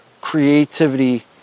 creativity